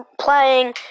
playing